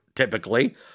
Typically